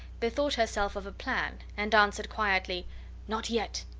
bethought herself of a plan, and answered quietly not yet,